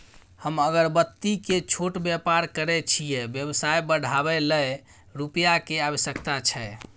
हम अगरबत्ती के छोट व्यापार करै छियै व्यवसाय बढाबै लै रुपिया के आवश्यकता छै?